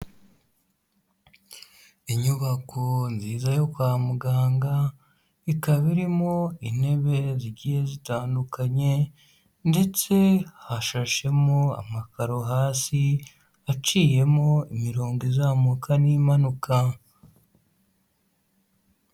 Inyubako nziza yo kwa muganga, ikaba irimo intebe zigiye zitandukanye ndetse hashashemo amakaro hasi, aciyemo imirongo izamuka n'impanuka.